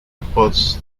reports